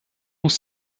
muss